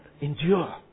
Endure